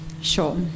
Sure